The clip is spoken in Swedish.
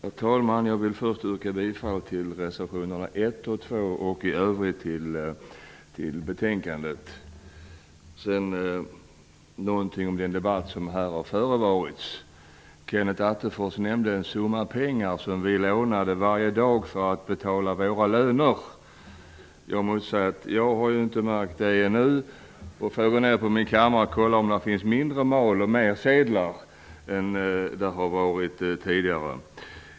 Herr talman! Jag vill först yrka bifall till reservationerna 1 och 2 och i övrigt till utskottets hemställan. Sedan någonting om den debatt som här har förevarit. Kenneth Attefors nämnde en summa pengar som vi lånade varje dag för att betala våra löner. Jag måste säga att jag inte har märkt det ännu. Jag får gå in på min kammare och kolla om det finns mindre mal och mer sedlar än det har varit tidigare.